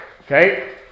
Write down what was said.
Okay